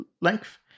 length